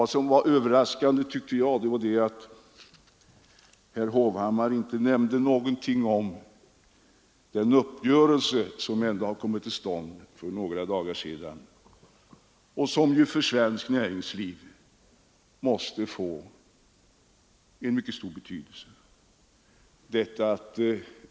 Det var överraskande att herr Hovhammar inte nämnde någonting om den uppgörelse mellan arbetsmarknadens parter som kom till stånd för några dagar sedan och som för svenskt näringsliv måste få mycket stor betydelse.